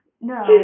No